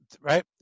right